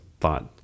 thought